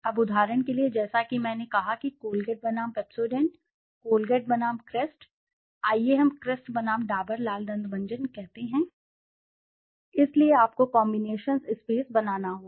अब उदाहरण के लिए जैसा कि मैंने कहा कि कोलगेट बनाम पेप्सोडेंट कोलगेट बनाम क्रेस्ट आइए हम क्रेस्ट बनाम डाबर लाल दंत मंजन कहते हैं इसलिए आपको कॉम्बिनेशंस स्पेस बनाना होगा